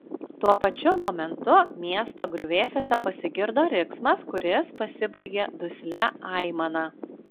tuo pačiu momentu miesto griuvėsiuose pasigirdo riksmas kuris pasibaigė duslia aimana